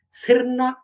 sirna